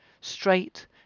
straight